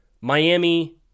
Miami